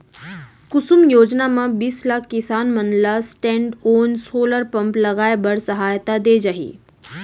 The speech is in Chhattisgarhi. कुसुम योजना म बीस लाख किसान मन ल स्टैंडओन सोलर पंप लगाए बर सहायता दे जाही